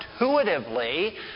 intuitively